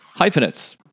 hyphenates